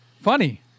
Funny